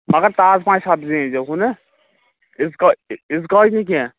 مَگر تازٕ پَہن سَبزی أنۍزیو ہُہ نہٕ یِتھ یِتھ نہٕ کیٚنہہ